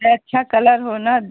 ऐ अच्छा कलर होना